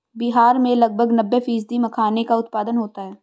बिहार में लगभग नब्बे फ़ीसदी मखाने का उत्पादन होता है